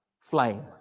flame